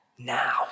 Now